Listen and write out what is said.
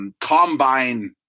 Combine